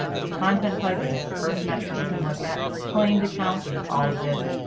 the content type which is the first metric you can look at, claimed accounts which is all of this.